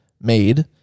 made